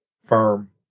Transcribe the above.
firm